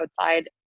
outside